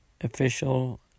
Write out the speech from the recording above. official